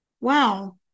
wow